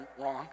wrong